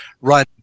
run